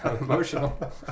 emotional